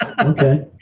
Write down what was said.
okay